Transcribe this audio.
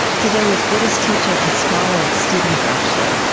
today with buddhist teacher and scholar stephen batchelor.